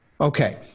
okay